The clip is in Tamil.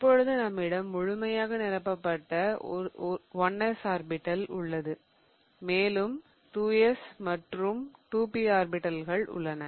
இப்போது நம்மிடம் முழுமையாக நிரப்பப்பட்ட 1s ஆர்பிடல் உள்ளது மேலும் 2s மற்றும் 2p ஆர்பிடல்கள் உள்ளன